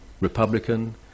Republican